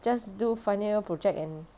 just do final year project and